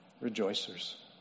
rejoicers